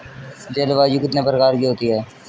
जलवायु कितने प्रकार की होती हैं?